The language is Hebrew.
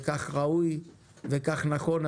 וכך ראוי וכך נכון,